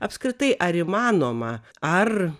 apskritai ar įmanoma ar